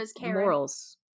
morals